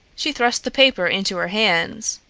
she thrust the paper into her hands.